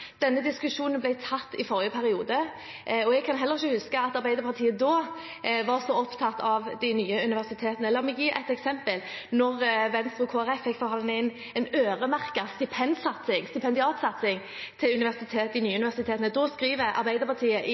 Denne diskusjonen ble tatt i forrige periode. Jeg kan ikke huske at Arbeiderpartiet var så opptatt av de nye universitetene da. La meg gi et eksempel: Da Venstre og Kristelig Folkeparti fikk forhandlet inn en øremerket stipendiatsatsing til de nye universitetene, skrev Arbeiderpartiet – og Senterpartiet – i